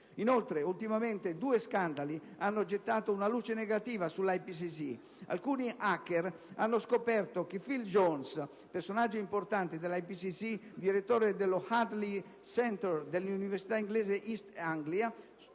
Inoltre, ultimamente due scandali hanno gettato una luce negativa sull'IPCC. Alcuni *hacker* hanno scoperto che Phil Jones, personaggio importante dell'IPCC, direttore dello Hadley Center dell'università inglese East Anglia,